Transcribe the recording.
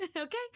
Okay